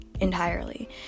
Entirely